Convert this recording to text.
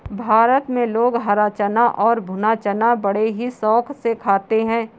भारत में लोग हरा चना और भुना चना बड़े ही शौक से खाते हैं